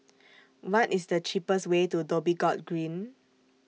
What IS The cheapest Way to Dhoby Ghaut Green